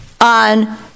on